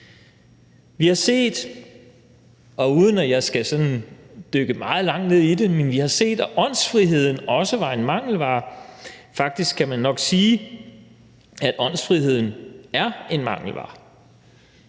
Vi har set, uden at jeg sådan skal dykke meget langt ned i det, at åndsfriheden også var en mangelvare. Faktisk kan man nok sige, at åndsfriheden er en mangelvare.